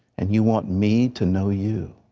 and you want me to know you.